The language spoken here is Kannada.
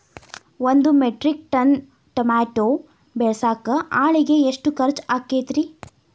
ಒಂದು ಮೆಟ್ರಿಕ್ ಟನ್ ಟಮಾಟೋ ಬೆಳಸಾಕ್ ಆಳಿಗೆ ಎಷ್ಟು ಖರ್ಚ್ ಆಕ್ಕೇತ್ರಿ?